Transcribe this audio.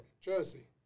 Jersey